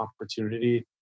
opportunity